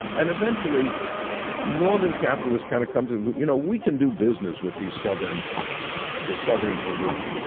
and eventually northern capitalists kind of come to, you know, we can do business with the southern the southern elite,